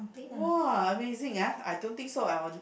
!wah! amazing ah I don't think so I want